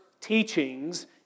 teachings